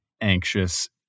anxious